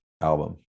album